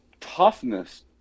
toughness